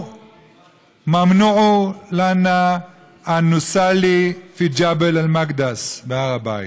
אסור לנו להתפלל בהר הבית.